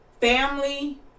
family